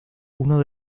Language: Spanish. uno